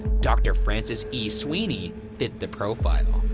dr francis e sweeney fit the profile.